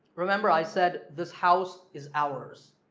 remember i said this house is ours.